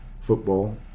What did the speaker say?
football